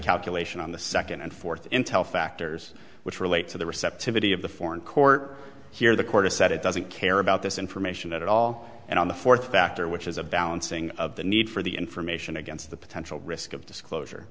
calculation on the second and fourth intel factors which relate to the receptivity of the foreign court here the court has said it doesn't care about this information at all and on the fourth factor which is a balancing of the need for the information against the potential risk of disclosure